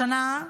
השנה,